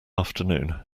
afternoon